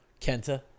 Kenta